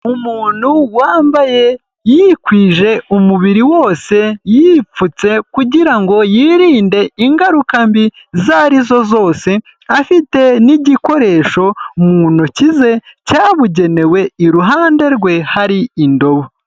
Umuntu wambaye yikwije umubiri wose yipfutse kugira ngo yirinde ingaruka mbi izo ari zo zose, afite n'igikoresho mu ntoki ze cyabugenewe, iruhande rwe hari indobo.